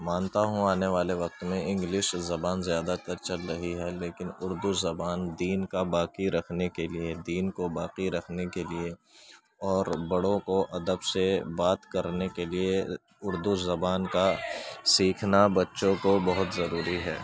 مانتا ہوں آنے والے وقت میں انگلش زبان زیادہ تر چل رہی ہے لیکن اردو زبان دین کا باقی رکھنے کے لیے دین کو باقی رکھنے کے لیے اور بڑوں کو ادب سے بات کرنے کے لیے اردو زبان کا سیکھنا بچوں کو بہت ضروری ہے